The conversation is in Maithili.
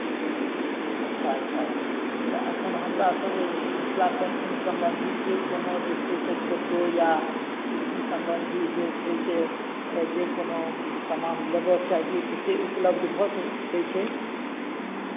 अच्छा अच्छा अच्छा तऽ एखन हमरासभ मिथिला पेंटिंग सम्बन्धी जे कोनो जे छै से फोटो या सिक्की सम्बन्धी जे छै से जे कोनो सामान लेबय चाहियै तऽ से उपलब्ध भऽ सकै छै